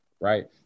Right